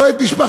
לא את משפחתך,